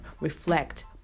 reflect